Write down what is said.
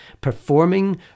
performing